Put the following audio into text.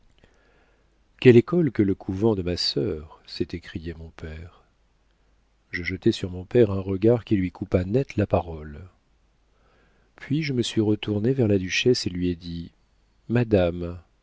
quelle école que le couvent de ma sœur s'est écrié mon père je jetai sur mon père un regard qui lui coupa net la parole puis je me suis retournée vers la duchesse et lui ai dit madame